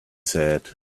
said